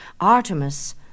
Artemis